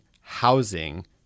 housing